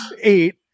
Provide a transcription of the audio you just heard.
eight